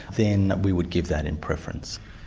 then we would give that in preference.